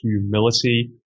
humility